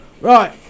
Right